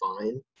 fine